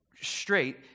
Straight